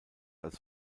als